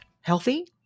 healthy